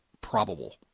probable